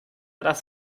das